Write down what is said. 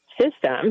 system